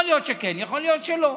יכול להיות שכן, יכול להיות שלא.